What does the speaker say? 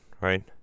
right